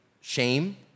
shame